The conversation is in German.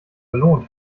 belohnt